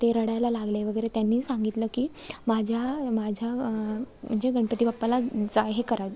ते रडायला लागले वगैरे त्यांनी सांगितलं की माझ्या माझ्या म्हणजे गणपती बाप्पाला जा हे करा